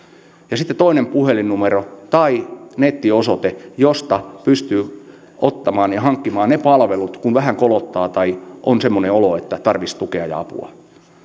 ja sitten toinen puhelinnumero tai nettiosoite josta pystyy ottamaan ja hankkimaan ne palvelut kun vähän kolottaa tai on semmoinen olo että tarvitsisi tukea ja apua